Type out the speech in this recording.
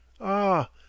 Ah